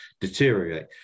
deteriorate